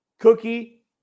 Cookie